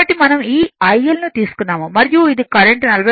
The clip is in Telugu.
కాబట్టి మనం ఈ IL ను తీసుకున్నాము మరియు ఇది కరెంట్43